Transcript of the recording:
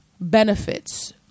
benefits